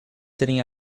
sitting